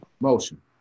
Motion